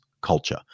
culture